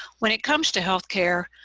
when it comes to health care,